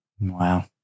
Wow